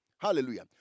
Hallelujah